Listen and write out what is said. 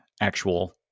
actual